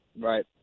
Right